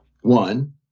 one